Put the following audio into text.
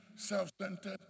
Self-centered